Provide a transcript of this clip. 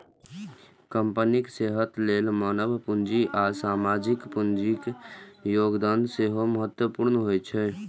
कंपनीक सेहत लेल मानव पूंजी आ सामाजिक पूंजीक योगदान सेहो महत्वपूर्ण होइ छै